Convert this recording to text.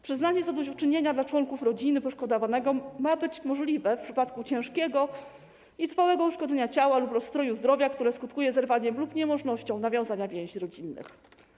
Przyznanie zadośćuczynienia dla członków rodziny poszkodowanego ma być możliwe w przypadku ciężkiego i trwałego uszkodzenia ciała lub rozstroju zdrowia, które skutkuje zerwaniem lub niemożnością nawiązania więzi rodzinnych.